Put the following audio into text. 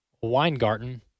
Weingarten